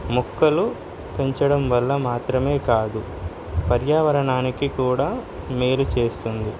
మొక్కలు పెంచడం వల్ల మాత్రమే కాదు పర్యావరణానికి కూడా మేలు చేస్తుంది